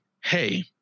hey